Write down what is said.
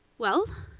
well,